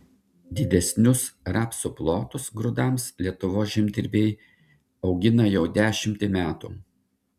didesnius rapsų plotus grūdams lietuvos žemdirbiai augina jau dešimtį metų